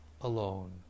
alone